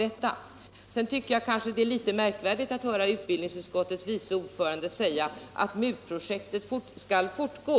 Jag tyckte vidare att det var litet märkligt att höra utbildningsutskottets vice ordförande säga att MUT-projektet skall fortgå.